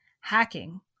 hacking